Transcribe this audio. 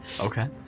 Okay